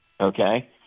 okay